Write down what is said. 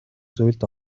зүйлд